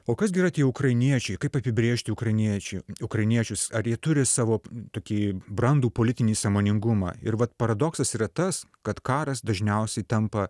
o kas gi yra tie ukrainiečiai kaip apibrėžti ukrainiečių ukrainiečius ar jie turi savo tokį brandų politinį sąmoningumą ir vat paradoksas yra tas kad karas dažniausiai tampa